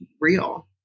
real